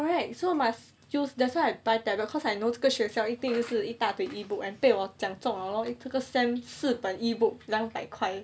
ya correct so must that's why I buy tablet cause I know 这个学校一定是一大推 E-book then 被我讲中 liao lor 这个 sem 四本 E-book 两百块